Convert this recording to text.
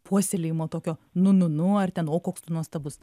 puoselėjimo tokio nu nu nu ar ten o koks tu nuostabus